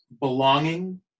belonging